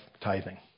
tithing